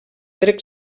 dret